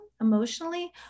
emotionally